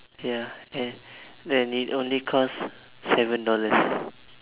ya and and it only cost seven dollars